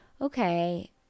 okay